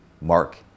Mark